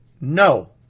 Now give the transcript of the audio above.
No